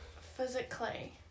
Physically